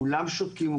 כולם שותקים,